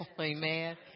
Amen